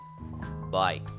Bye